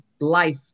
life